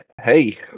Hey